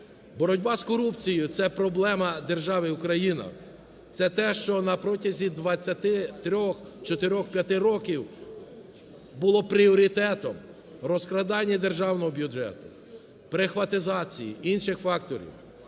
Боротьба з корупцією – це проблема держави Україна. Це те, що на протязі 23-х, чотирьох, п'яти років булло пріоритетом розкрадання державного бюджету, "прихватизації", інших факторів.